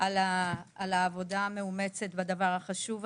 על העבודה המאומצת בדבר החשוב הזה.